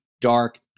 dark